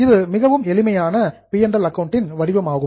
இது மிகவும் எளிமையான பி மற்றும் ல் இன் வடிவமாகும்